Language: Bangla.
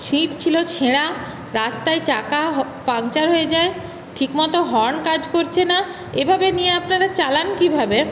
সিট ছিল ছেঁড়া রাস্তায় চাকা পাংচার হয়ে যায় ঠিক মতো হর্ন কাজ করছে না এভাবে নিয়ে আপনারা চালান কীভাবে